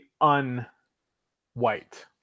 un-white